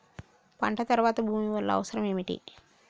పంట తర్వాత భూమి వల్ల అవసరం ఏమిటి?